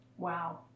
Wow